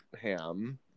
ham